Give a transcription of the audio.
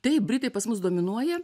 taip britai pas mus dominuoja